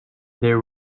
there